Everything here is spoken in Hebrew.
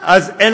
אם אני